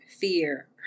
fear